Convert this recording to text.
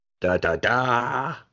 Da-da-da